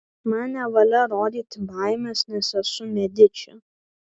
man nevalia rodyti baimės nes esu mediči